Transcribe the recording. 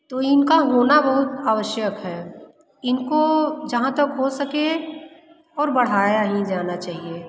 तो इनका होना बहुत आवश्यक है इनको जहाँ तक हो सके और बढ़ाया ही जाना चाहिए